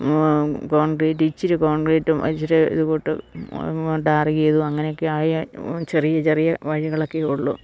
concrete ഇച്ചിരി കോൺക്രീറ്റും ഇച്ചിരി ഇതുകൂട്ട് ടാർ ചെയ്തത് അങ്ങനെയൊക്കെ ആയ ചെറിയ ചെറിയ വഴികളൊക്കെയെ ഉള്ളു